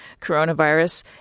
coronavirus